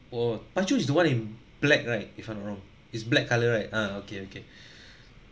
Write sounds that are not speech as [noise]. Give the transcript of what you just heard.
oh pacu is the one in black right if I'm not wrong is black colour right ah okay okay [breath]